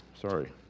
sorry